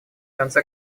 конце